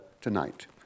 tonight